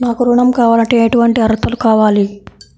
నాకు ఋణం కావాలంటే ఏటువంటి అర్హతలు కావాలి?